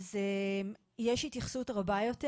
יש התייחסות רבה יותר.